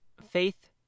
Faith